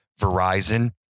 Verizon